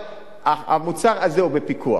אבל המוצר הזה הוא בפיקוח